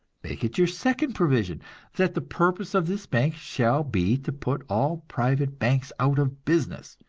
make it your second provision that the purpose of this bank shall be to put all private banks out of business,